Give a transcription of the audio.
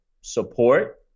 support